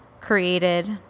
created